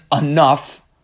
enough